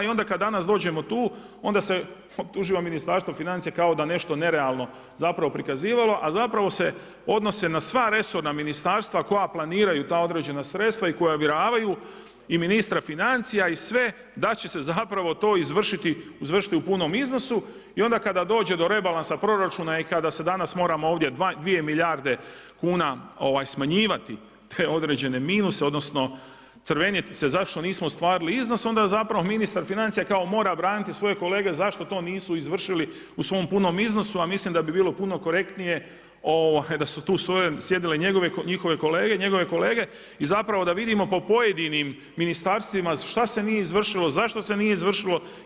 I onda kad danas dođemo tu onda se optuživa Ministarstvo financija kao da nešto nerealno zapravo prikazivalo, a zapravo se odnose na sva resorna ministarstva koja planiraju ta određena sredstva i koja uvjeravaju i ministra financija i sve da će se zapravo tu izvršiti u punom iznosu i onda kada dođe do rebalansa proračuna i kada se danas moramo ovdje 2 milijarde kuna smanjivati te određene minuse, odnosno crvenjeti se zašto nismo ostvarili iznos onda zapravo ministar financija mora braniti svoje kolege zašto to nisu izvršili u svom punom iznosu, a mislim da bi bilo puno korektnije da su to sjedile njegove kolege i zapravo da vidimo po pojedinim ministarstvima šta se nije izvršilo, zašto se nije izvršilo.